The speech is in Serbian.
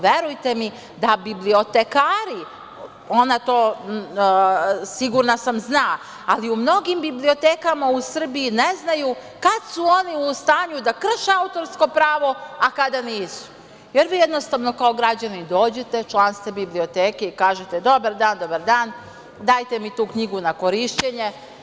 Verujte mi da bibliotekari, ona to, sigurna sam, zna, ali u mnogim bibliotekama u Srbiji ne znaju kad su oni u stanju da krše autorsko pravo, a kada nisu, jer vi jednostavno kao građani dođete, član ste biblioteke i kažete – dobar dan – dobar dan, dajte mi tu knjigu na korišćenje.